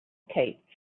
cape